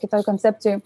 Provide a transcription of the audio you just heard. kitoj koncepcijoj